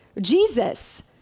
Jesus